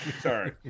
Sorry